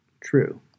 True